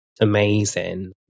amazing